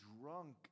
drunk